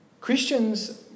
Christians